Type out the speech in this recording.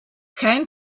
kein